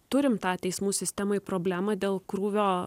turim tą teismų sistemoj problemą dėl krūvio